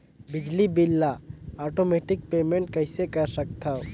बिजली बिल ल automatic payment कइसे कर सकथव?